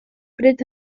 bryd